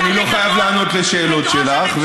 אני לא חייב לענות על השאלות שלך,